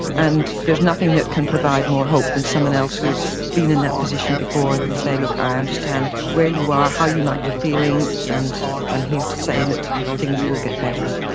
and there's nothing that can provide more hope than someone else who's been in that position before and can say look, i understand where you are, how you might be feeling and i'm here to say that things will get better'.